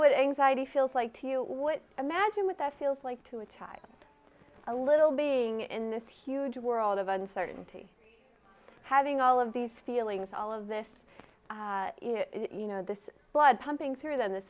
you what i imagine what that feels like to a child a little being in this huge world of uncertainty having all of these feelings all of this you know this blood pumping through th